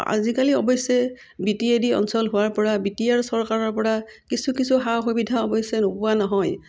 আজিকালি অৱশ্যে B T A D অঞ্চল হোৱাৰপৰা বি টি আৰ চৰকাৰৰপৰা কিছু কিছু সা সুবিধা অৱশ্যে নোপোৱা নহয়